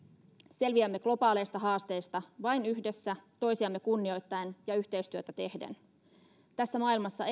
selviämme globaaleista haasteista vain yhdessä toisiamme kunnioittaen ja yhteistyötä tehden tässä maailmassa